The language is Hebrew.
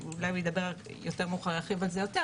אולי הוא ירחיב על זה יותר מאוחר,